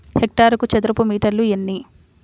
హెక్టారుకు చదరపు మీటర్లు ఎన్ని?